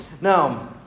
Now